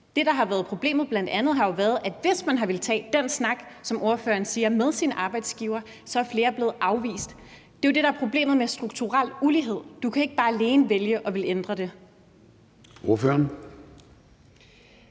jo bl.a. har været problemet, er, at hvis man har villet tage den snak, som ordføreren siger, med sin arbejdsgiver, så er flere blevet afvist. Det er jo det, der er problemet med strukturel ulighed. Du kan ikke bare alene vælge at ville ændre det. Kl.